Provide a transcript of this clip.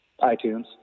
iTunes